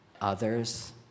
others